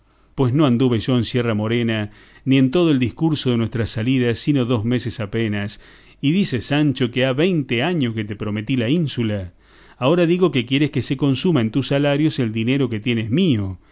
pues no anduve yo en sierra morena ni en todo el discurso de nuestras salidas sino dos meses apenas y dices sancho que ha veinte años que te prometí la ínsula ahora digo que quieres que se consuman en tus salarios el dinero que tienes mío